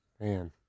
man